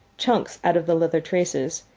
chunks out of the leather traces,